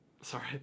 Sorry